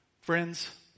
Friends